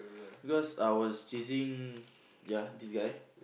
because I was chasing ya this guy